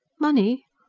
money?